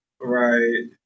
Right